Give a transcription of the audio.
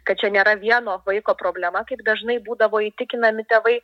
kad čia nėra vieno vaiko problema kaip dažnai būdavo įtikinami tėvai